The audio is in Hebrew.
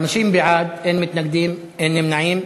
50 בעד, אין מתנגדים, אין נמנעים.